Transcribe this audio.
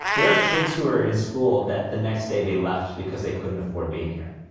there are kids who were in school that the next day they left because they couldn't afford being here.